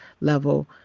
level